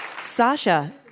Sasha